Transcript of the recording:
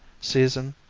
season,